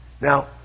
Now